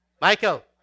Michael